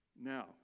Now